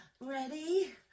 Ready